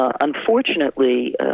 Unfortunately